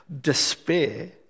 despair